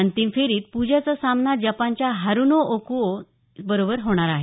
अंतिम फेरीत प्जाचा सामना जपानच्या हारुनो ओक्नो बरोबर होणार आहे